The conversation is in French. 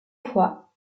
fois